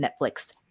Netflix